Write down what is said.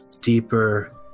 deeper